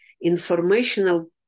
informational